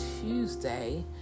Tuesday